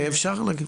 כן, אפשר להגיב.